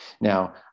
Now